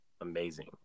Amazing